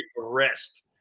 arrest